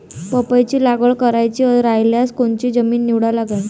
पपईची लागवड करायची रायल्यास कोनची जमीन निवडा लागन?